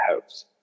house